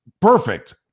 perfect